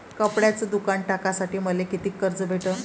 कपड्याचं दुकान टाकासाठी मले कितीक कर्ज भेटन?